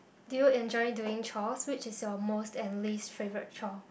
do you enjoy doing chores which is your most and least favourite chore